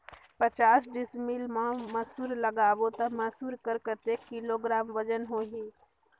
पचास डिसमिल मा मसुर लगाबो ता मसुर कर कतेक किलोग्राम वजन होही?